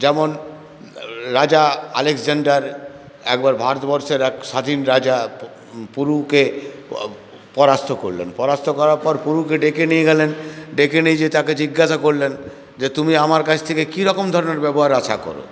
যেমন রাজা আলেকজাণ্ডার একবার ভারতবর্ষের এক স্বাধীন রাজা পুরুকে পরাস্ত করলেন পরাস্ত করার পর পুরুকে ডেকে নিয়ে গেলেন ডেকে নিয়ে যেয়ে তাকে জিজ্ঞাসা করলেন যে তুমি আমার কাছ থেকে কীরকম ধরনের ব্যবহার আশা করো